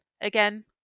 Again